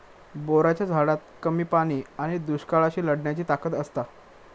बोराच्या झाडात कमी पाणी आणि दुष्काळाशी लढण्याची ताकद असता